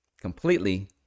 completely